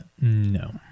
No